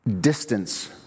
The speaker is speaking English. distance